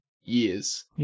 years